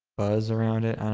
those around it, and